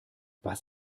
was